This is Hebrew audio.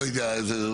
לא יודע,